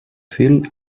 fil